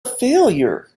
failure